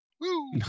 Woo